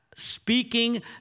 Speaking